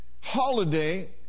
holiday